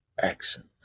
actions